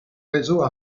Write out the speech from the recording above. réseaux